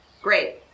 Great